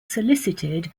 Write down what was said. solicited